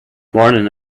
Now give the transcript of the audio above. morning